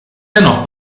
dennoch